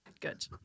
Good